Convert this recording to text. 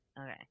Okay